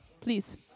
Please